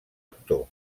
actor